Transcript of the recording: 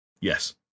yes